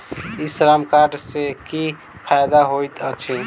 ई श्रम कार्ड सँ की फायदा होइत अछि?